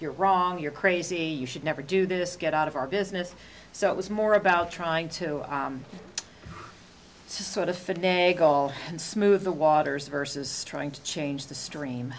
you're wrong you're crazy you should never do this get out of our business so it was more about trying to sort of finagle and smooth the waters versus trying to change the stream